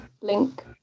link